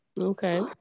Okay